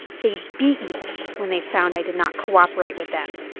they beat me when they found i did not cooperate with them.